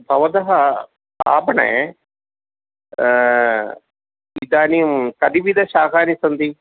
भवतः आपणे इदानीं कतिविधशाकानि सन्ति